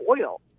oil